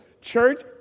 Church